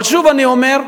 אבל שוב אני אומר,